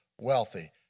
wealthy